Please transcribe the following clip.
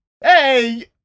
Hey